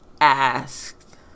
Asked